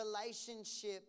relationship